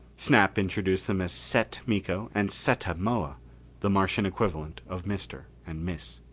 snap introduced them as set miko and setta moa the martian equivalent of mr. and miss.